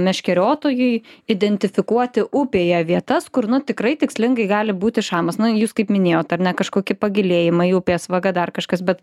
meškeriotojui identifikuoti upėje vietas kur nu tikrai tikslingai gali būti šamas na jūs kaip minėjot ar ne kažkoki pagilėjimai upės vaga dar kažkas bet